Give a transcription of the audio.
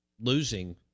losing